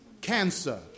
Cancer